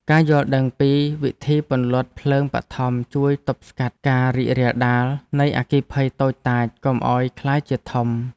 ការយល់ដឹងពីវិធីពន្លត់ភ្លើងបឋមជួយទប់ស្កាត់ការរីករាលដាលនៃអគ្គិភ័យតូចតាចកុំឱ្យក្លាយជាធំ។